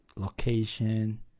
location